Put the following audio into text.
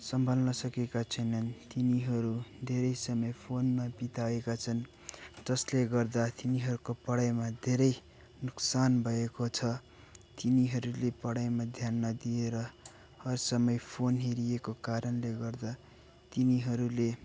सम्हाल्न सकेका छैनन् तिनीहरू धेरै समय फोनमा बिताएका छन् जसले गर्दा तिनीहरूको पढाइमा धेरै नोक्सान भएको छ तिनीहरूले पढाइमा ध्यान नदिएर हर समय फोन हेरिएको कारणले गर्दा तिनीहरूले